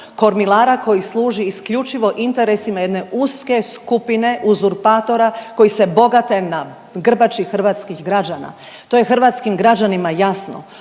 kormilara koji služi isključivo interesima jedne uske skupine uzurpatora koji se bogate na grbači hrvatskih građana. To je hrvatskim građanima jasno.